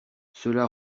cela